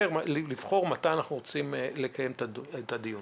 לבחור מתי אנחנו רוצים לקיים את הדיון.